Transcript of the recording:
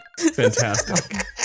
Fantastic